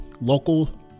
local